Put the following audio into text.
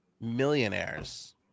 millionaires